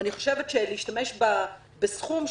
ואני חושבת שלהשתמש בסכום,